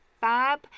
fab